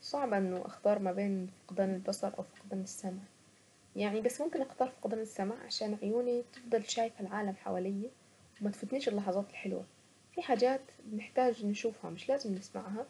صعب اختار ما بين فقدان البصر او فقدان السمع. يعني بس ممكن اختار فقدان السمع عشان عيوني تفضل شايفة العالم حواليا ما تفوتنيش اللحظات الحلوة في حاجات نحتاج نشوفها مش لازم نسمعها